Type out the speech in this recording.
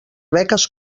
beques